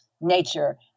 nature